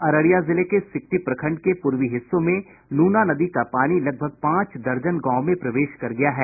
अररिया जिले के सिकटी प्रखंड के पूर्वी हिस्सों में नूना नदी का पानी लगभग पांच दर्जन गांव में प्रवेश कर गया है